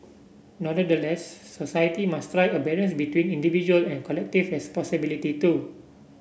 nonetheless society must strike a balance between individual and collective responsibility too